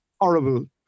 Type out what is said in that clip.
horrible